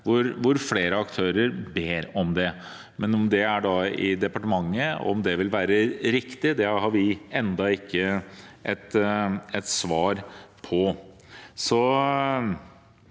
hvor flere aktører ber om det, men om det skal være i departementet, og om det vil være riktig, har vi ennå ikke svar på.